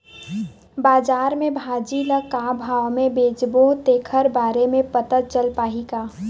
बजार में भाजी ल का भाव से बेचबो तेखर बारे में पता चल पाही का?